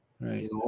right